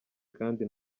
kandi